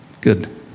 Good